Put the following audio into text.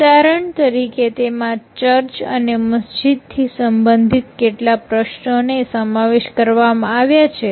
ઉદાહરણ તરીકે તેમાં ચર્ચ અને મસ્જીદ થી સબંધિત કેટલાક પ્રશ્નોને સમાવિષ્ટ કરવામાં આવ્યા છે